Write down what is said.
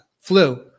flu